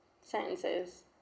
sentences